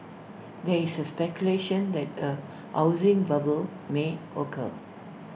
there is speculation that A housing bubble may occur